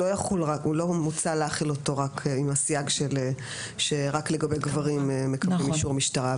לא מוצע להחיל אותו רק עם הסייג שרק לגבי גברים מקבלים אישור משטרה.